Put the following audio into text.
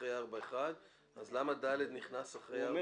הוא אומר